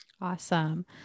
Awesome